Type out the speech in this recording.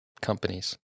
companies